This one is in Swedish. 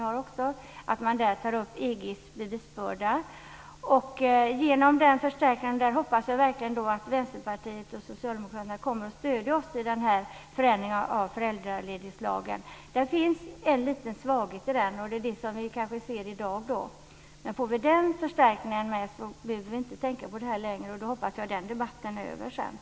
Man bör också införa EG:s bevisbörda. Jag hoppas verkligen att Vänsterpartiet och Socialdemokraterna kommer att stödja vårt förslag om en förändring av föräldraledighetslagen. Det finns en liten svaghet här, och det är den som vi kan se i dag. Men med den förändringen behöver vi inte tänka på det här längre, och då hoppas jag att den debatten är över.